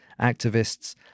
activists